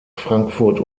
frankfurt